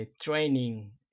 training